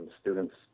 students